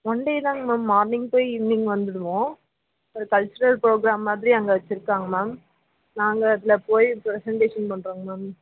one day தாங்க ma'am morning போய் evening வந்துடுவோம் இப்போ கல்ச்சுரல் ப்ரோக்ராம் மாதிரி அங்கே வெச்சுருக்காங்க மேம் நாங்கள் அதில் போய் ப்ரசன்டேஷன் பண்ணுறோங் மேம்